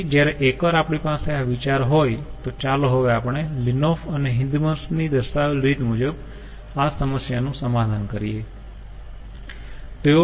તેથી જયારે એકવાર આપણી પાસે આ વિચાર હોય તો ચાલો હવે આપણે લીન્નહોફ્ફ અને હિંદમાર્શ ની દર્શાવેલ રીત મુજબ આ સમસ્યાનું સમાધાન કરીયે